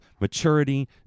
maturity